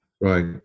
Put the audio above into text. Right